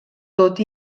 tot